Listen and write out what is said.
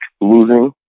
losing